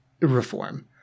reform